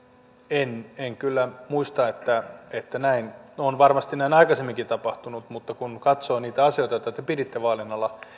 en en kyllä muista että näin on näin varmasti aikaisemminkin tapahtunut mutta kun katsoo niitä asioita joita te piditte vaalien alla